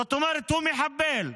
זאת אומרת שהוא מחבל.